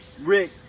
Rick